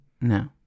No